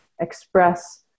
express